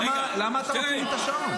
למה אתה מפעיל לי את השעון?